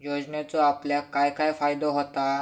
योजनेचो आपल्याक काय काय फायदो होता?